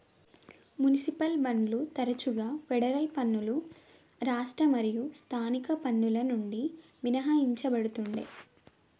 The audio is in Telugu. మునిసిపల్ బాండ్లు తరచుగా ఫెడరల్ పన్నులు రాష్ట్ర మరియు స్థానిక పన్నుల నుండి మినహాయించబడతుండే